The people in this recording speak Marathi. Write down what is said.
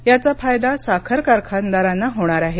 याचा फायदा साखर कारखानदारांना होणार आहे